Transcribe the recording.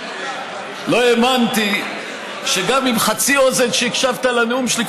לא האמנתי שגם עם חצי אוזן שבה הקשבת לנאום שלי,